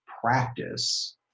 practice